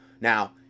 now